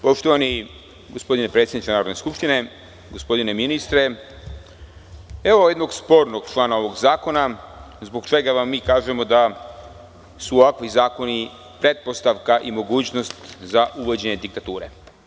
Poštovani gospodine predsedniče Narodne skupštine, gospodine ministre, evo jednog spornog člana ovog zakona, zbog čega vam mi kažemo da su ovakvi zakoni pretpostavka i mogućnost za uvođenje diktature.